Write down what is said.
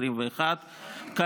התשפ"ב 2021. שפנים, שפנים.